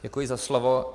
Děkuji za slovo.